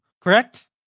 Correct